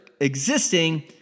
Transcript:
existing